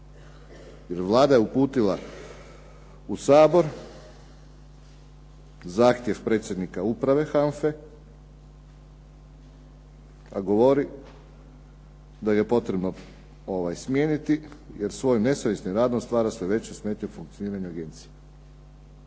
Jer Vlada je uputila u Sabor zahtjev predsjednika uprave HANFA-e, a govori da je potreba ovaj smijeniti, jer svojim nesavjesnim radom stvara sve veće smetnje u funkcioniranju agencije.